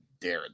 Darren